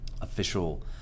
official